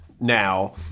now